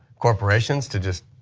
corporations to just